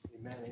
Amen